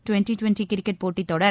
twenty twenty cricket போட்டித் தொடர்